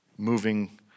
moving